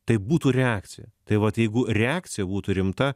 tai būtų reakcija tai vat jeigu reakcija būtų rimta